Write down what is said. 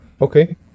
Okay